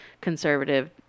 conservative